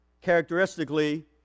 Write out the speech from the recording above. Characteristically